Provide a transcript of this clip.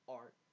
art